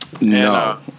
no